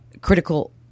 critical